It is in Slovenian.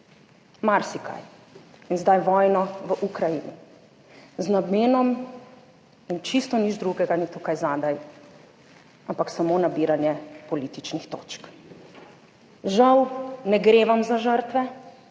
marsikaj in zdaj vojno v Ukrajini, z namenom in čisto nič drugega ni tukaj zadaj, ampak samo nabiranje političnih točk. Žal, ne gre vam za žrtve,